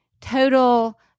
total